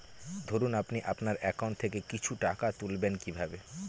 ধরুন আপনি আপনার একাউন্ট থেকে কিছু টাকা তুলবেন কিভাবে?